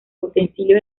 utensilios